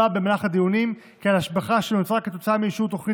במהלך הדיונים נקבע כי על השבחה שנוצרה בשל אישור תוכנית